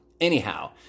Anyhow